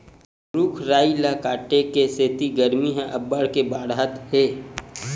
रूख राई ल काटे के सेती गरमी ह अब्बड़ के बाड़हत हे